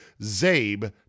ZABE